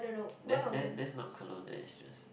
that's that's that's not cologne that's just